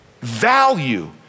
value